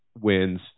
wins